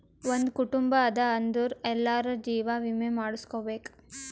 ಒಂದ್ ಕುಟುಂಬ ಅದಾ ಅಂದುರ್ ಎಲ್ಲಾರೂ ಜೀವ ವಿಮೆ ಮಾಡುಸ್ಕೊಬೇಕ್